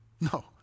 No